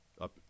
up